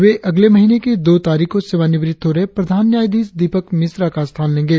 वे अगले महीने की दो तारीख को सेवानिवृत्त हो रहे प्रधान न्यायधीश दीपक मिश्रा का स्थान लेंगे